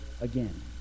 again